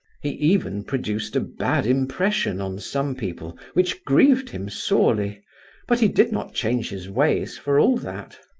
he even produced a bad impression on some people, which grieved him sorely but he did not change his ways for all that.